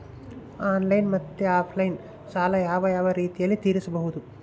Online ಮತ್ತೆ offline ಸಾಲ ಯಾವ ಯಾವ ರೇತಿನಲ್ಲಿ ತೇರಿಸಬಹುದು?